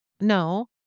No